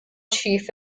chief